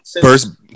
first